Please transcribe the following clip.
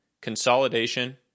consolidation